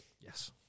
Yes